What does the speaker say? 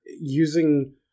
using